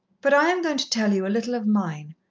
but i am going to tell you a little of mine.